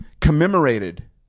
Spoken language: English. commemorated